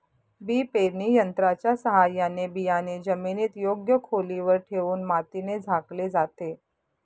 बी पेरणी यंत्राच्या साहाय्याने बियाणे जमिनीत योग्य खोलीवर ठेवून मातीने झाकले जाते